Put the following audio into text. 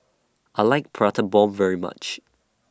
I like Prata Bomb very much